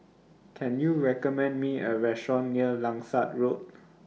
Can YOU recommend Me A Restaurant near Langsat Road